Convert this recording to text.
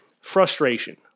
Frustration